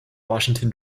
washington